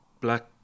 black